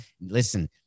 Listen